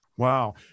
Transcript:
Wow